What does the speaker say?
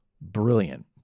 brilliant